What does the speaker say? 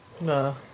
No